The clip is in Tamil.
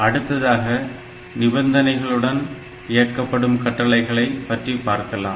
அடுத்ததாக நிபந்தனைகளுடன் இயக்கப்படும் கட்டளைகளை பற்றி பார்க்கலாம்